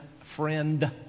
Friend